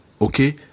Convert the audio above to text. Okay